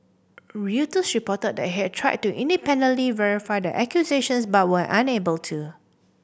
Reuters reported it had tried to independently verify the accusations but were unable to